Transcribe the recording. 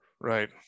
Right